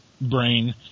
brain –